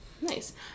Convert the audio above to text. Nice